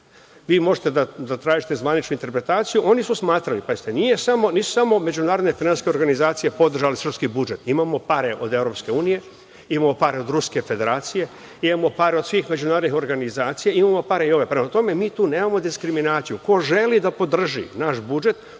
Možete da tražite zvaničnu interpretaciju. Oni su smatrali, nisu samo međunarodne finansijske organizacije podržale srpski budžet. Imamo pare od EU, imamo pare od Ruske Federacije, imamo pare od svih međunarodnih organizacija, imamo pare i ove. Prema tome, mi tu nemamo diskriminaciju. Ko želi da podrži naš budžet